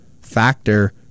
factor